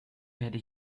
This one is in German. werde